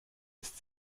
ist